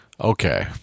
Okay